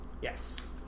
Yes